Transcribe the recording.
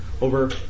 over